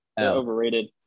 Overrated